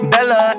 Bella